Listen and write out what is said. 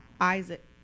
Isaac